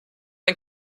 ein